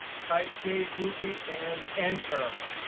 type day grouping and enter.